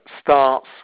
starts